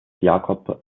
jacob